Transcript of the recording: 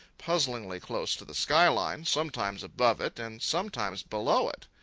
puzzlingly close to the sky-line, sometimes above it and sometimes below it.